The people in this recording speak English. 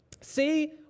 See